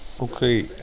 Okay